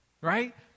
right